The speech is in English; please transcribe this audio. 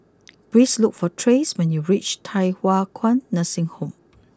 please look for Trace when you reach Thye Hua Kwan Nursing Home